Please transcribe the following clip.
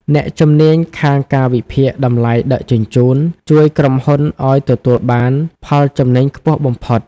អ្នកជំនាញខាងការវិភាគតម្លៃដឹកជញ្ជូន ជួយក្រុមហ៊ុនឱ្យទទួលបានផលចំណេញខ្ពស់បំផុត។